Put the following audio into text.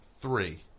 Three